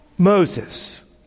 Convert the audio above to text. Moses